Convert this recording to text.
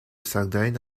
sardaigne